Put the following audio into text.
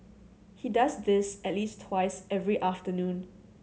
he does this at least twice every afternoon